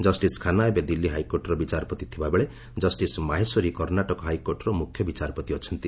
justice Khanna ଏବେ ଦିଲ୍ଲୀ ହାଇକୋର୍ଟର ବିଚାରପତି ଥିବାବେଳେ ଜଷ୍ଟିସ୍ ମାହେଶ୍ୱରୀ କର୍ଷ୍ଣାଟକ ହାଇକୋର୍ଟର ମୁଖ୍ୟ ବିଚାରପତି ଅଛନ୍ତି